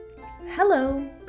Hello